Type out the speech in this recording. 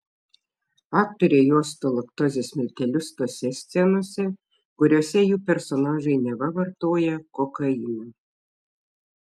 aktoriai uosto laktozės miltelius tose scenose kuriose jų personažai neva vartoja kokainą